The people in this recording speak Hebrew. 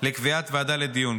לקביעת ועדה לדיון.